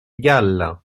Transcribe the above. égal